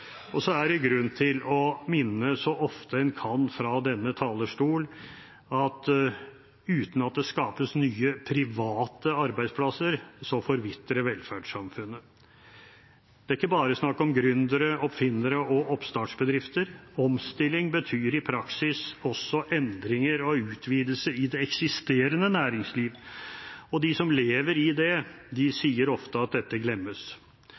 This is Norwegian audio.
– så ofte en kan – fra denne talerstol at uten at det skapes nye private arbeidsplasser, forvitrer velferdssamfunnet. Det er ikke bare snakk om gründere, oppfinnere og oppstartsbedrifter. Omstilling betyr i praksis også endringer og utvidelser i det eksisterende næringsliv. De som lever i det, sier ofte at dette glemmes.